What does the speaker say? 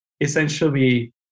essentially